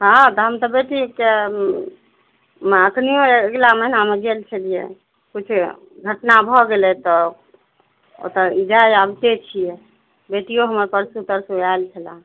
हाँ तऽ हम तऽ बेटीकऽ मऽ अखनियो अगिला महीनामऽ गेल छलियै कुछ घटना भऽ गेलय तऽ ओतय जाइ आबिते छियै बेटियो हमर परसू तरसू आयल छलह